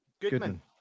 Goodman